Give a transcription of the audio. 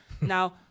Now